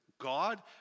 God